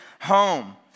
Home